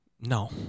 No